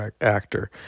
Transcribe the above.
actor